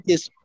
Yes